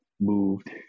moved